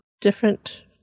different